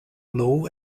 law